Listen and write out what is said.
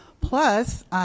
Plus